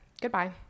Goodbye